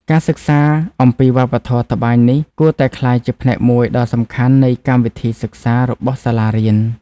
ការសិក្សាអំពីវប្បធម៌ត្បាញនេះគួរតែក្លាយជាផ្នែកមួយដ៏សំខាន់នៃកម្មវិធីសិក្សារបស់សាលារៀន។